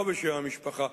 או בשם המשפחה,